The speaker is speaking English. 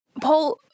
Paul